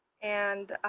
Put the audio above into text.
and